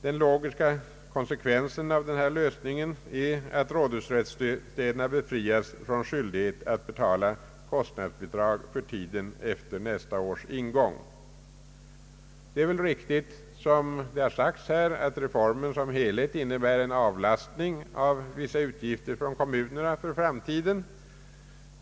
Den logiska konsekvensen av denna lösning är att rådhusrättsstäderna befrias från skyldighet att betala kostnadsbidrag för tiden efter nästa års ingång. Det är väl riktigt som det har sagts här att reformen som helhet innebär en avlastning av vissa utgifter för kommunerna för framtiden.